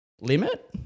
limit